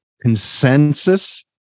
consensus